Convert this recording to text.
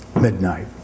midnight